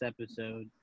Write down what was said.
episode